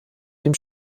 dem